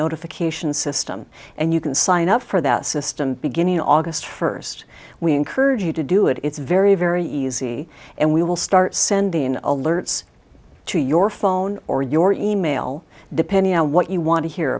notification system and you can sign up for that system beginning august first we encourage you to do it it's very very easy and we will start sending alerts to your phone or your e mail depending on what you want to hear